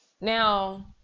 now